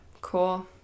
Cool